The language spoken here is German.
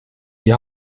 die